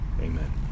Amen